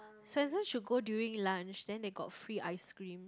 Swensen's should go during lunch then they got free ice cream